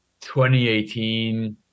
2018